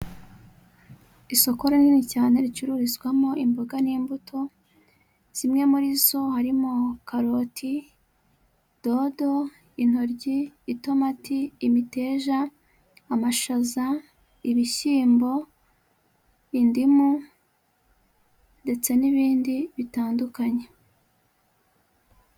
Isoko rinini cyane ricururizwamo imboga n'imbuto, zimwe muri zo harimo karoti, dodo, intoryi ,itomati, imiteja, amashaza, ibishyimbo, indimu, ndetse n'ibindi bitandukanye.